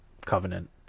covenant